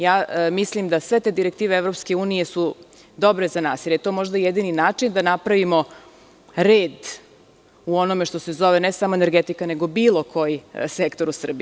Ja mislim da sve te direktive EU su dobre za nas, jer je to možda jedini način da napravimo red u onome što se zove ne samo energetika nego bilo koji sektor u Srbiji.